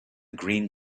green